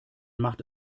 macht